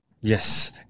Yes